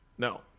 No